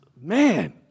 Man